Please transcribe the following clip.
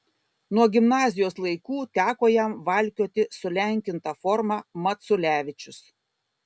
nuo gimnazijos laikų teko jam valkioti sulenkintą formą maculevičius